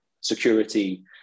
security